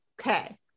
Okay